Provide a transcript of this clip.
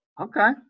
Okay